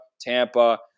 Tampa